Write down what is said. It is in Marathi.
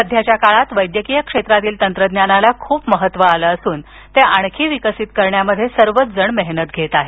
सध्याच्या काळात वैद्यकीय क्षेत्रातील तंत्रज्ञानाला खूप महत्त्व आलं असून ते आणखी विकसित करण्यामध्ये सर्वच जण मेहनत घेत आहेत